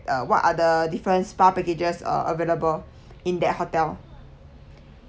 uh what are the different spa packages uh available in that hotel